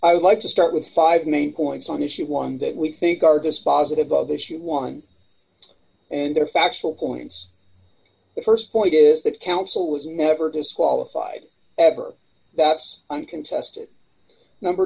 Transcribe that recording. i would like to start with five main points on issue one that we think are dispositive of issue one and there are factual points the st point is that counsel was never disqualified ever that's uncontested number